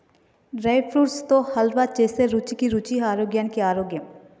dry fruits తో హల్వా చేస్తే రుచికి రుచి ఆరోగ్యానికి ఆరోగ్యం